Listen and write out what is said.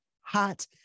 hot